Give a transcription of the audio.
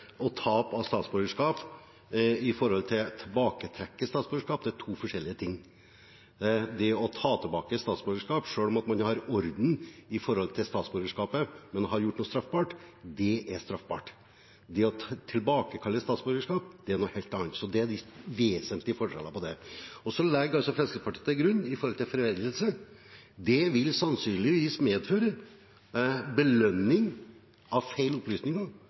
at tap av statsborgerskap og tilbaketrukket statsborgerskap er to forskjellige ting. Det å trekke tilbake et statsborgerskap selv om statsborgerskapet er i orden, når man har gjort noe straffbart, er noe helt annet enn å tilbakekalle et statsborgerskap. Det er en vesentlig forskjell her. Når det gjelder foreldelse, legger Fremskrittspartiet til grunn at det sannsynligvis vil medføre belønning av feil opplysninger,